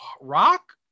rock